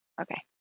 Okay